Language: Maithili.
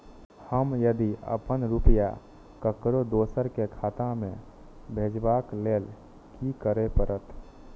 हम यदि अपन रुपया ककरो दोसर के खाता में भेजबाक लेल कि करै परत?